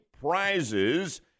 prizes